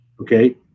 okay